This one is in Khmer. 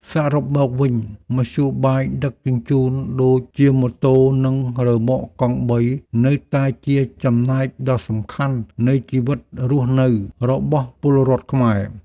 សរុបមកវិញមធ្យោបាយដឹកជញ្ជូនដូចជាម៉ូតូនិងរ៉ឺម៉កកង់បីនៅតែជាចំណែកដ៏សំខាន់នៃជីវិតរស់នៅរបស់ពលរដ្ឋខ្មែរ។